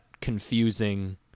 confusing